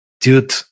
dude